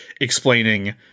explaining